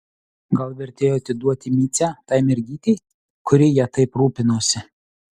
gal vertėjo atiduoti micę tai mergytei kuri ja taip rūpinosi